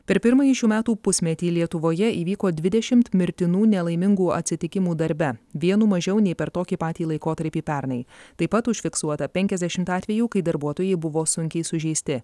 per pirmąjį šių metų pusmetį lietuvoje įvyko dvidešimt mirtinų nelaimingų atsitikimų darbe vienu mažiau nei per tokį patį laikotarpį pernai taip pat užfiksuota penkiasdešimt atvejų kai darbuotojai buvo sunkiai sužeisti